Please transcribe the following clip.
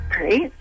Great